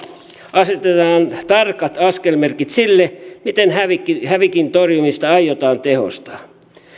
asetetaan tarkat askelmerkit sille miten hävikin torjumista aiotaan tehostaa